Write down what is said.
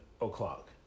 o'clock